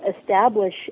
establish